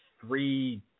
three